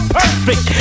perfect